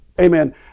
amen